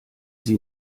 sie